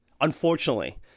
unfortunately